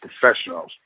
professionals